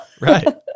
Right